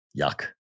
Yuck